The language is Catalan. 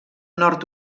nord